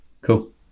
cool